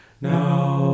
now